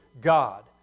God